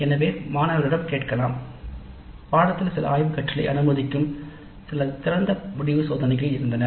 எனவே மாணவர்களிடம் கேட்கலாம் " பாடநெறியில் சில ஆய்வுக் கற்றலை அனுமதிக்கும் சில திறந்த முடிவு சோதனைகள் இருந்தன